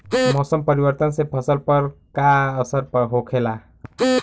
मौसम परिवर्तन से फसल पर का असर होखेला?